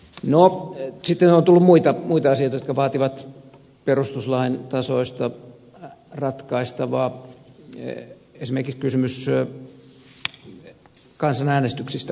no sitten on tullut muita asioita jotka vaativat perustuslain tasoista ratkaistavaa esimerkiksi kysymys kansanäänestyksistä